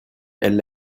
elle